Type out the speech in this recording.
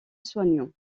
soignant